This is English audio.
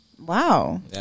Wow